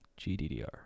GDDR